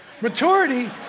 Maturity